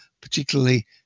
particularly